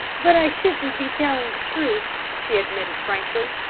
but i shouldn't be telling the truth, she admitted frankly.